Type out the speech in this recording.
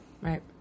Right